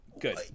Good